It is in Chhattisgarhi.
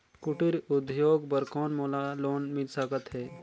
कुटीर उद्योग बर कौन मोला लोन मिल सकत हे?